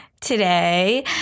today